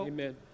Amen